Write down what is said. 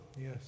Yes